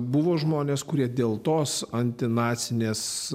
buvo žmonės kurie dėl tos antinacinės